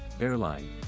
airline